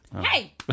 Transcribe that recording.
Hey